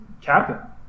captain